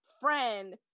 friend